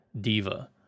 diva